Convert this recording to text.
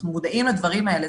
אנחנו מודעים לדברים האלה.